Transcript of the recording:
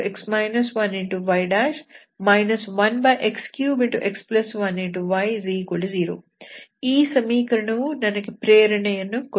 y 1x2y 1x3x 1y0 ಈ ಸಮೀಕರಣವು ನನಗೆ ಪ್ರೇರಣೆಯನ್ನು ಕೊಡುತ್ತದೆ